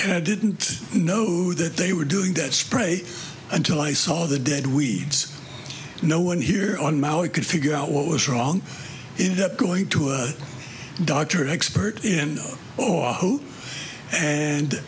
and i didn't know that they were doing that spray until i saw the dead weeds no one here on maui could figure out what was wrong in that going to a doctor expert in oh and